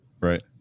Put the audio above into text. right